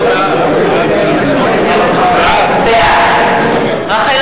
בעד רחל